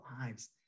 lives